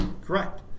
Correct